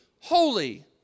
holy